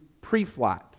pre-flight